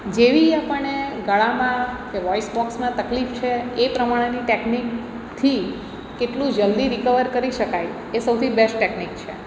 જેવી આપણને ગળામાં કે વોઇસ બોક્સમાં તકલીફ છે એ પ્રમાણેની ટેકનિકથી કેટલુ જલ્દી રિકવર કરી શકાય એ સૌથી બેસ્ટ ટેકનિક છે